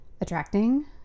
attracting